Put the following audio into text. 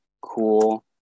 cool